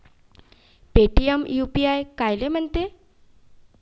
Paytm UPI कायले म्हनते?